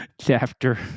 Chapter